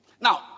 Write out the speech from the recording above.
Now